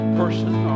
person